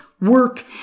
work